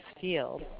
field